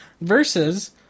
versus